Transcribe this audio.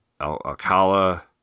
Alcala